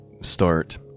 start